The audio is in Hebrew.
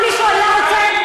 אם מישהו היה רוצה,